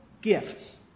gifts